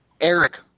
Eric